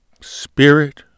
spirit